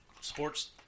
sports